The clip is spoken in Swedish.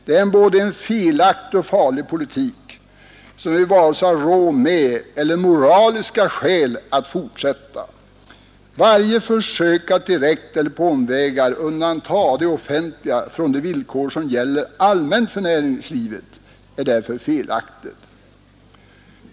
Det är en både felaktig och farlig politik, som vi varken har råd med eller har moraliska skäl att fortsätta. Varje försök att direkt eller på omvägar undanta det offentliga från de villkor som gäller allmänt för näringslivet är därför felaktigt.